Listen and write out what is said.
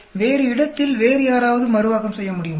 வேறு இடத்தில் வேறு யாராவது மறுவாக்கம் செய்ய முடியுமா